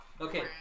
okay